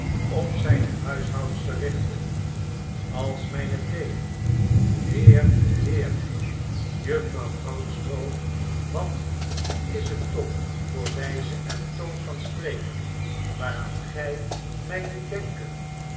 op zijne huishoudster richte als mijne thee heer heer juffrouw goudstroo wat is het toch voor wijze en toon van spreken waaraan gij mij doet denken